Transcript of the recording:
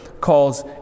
calls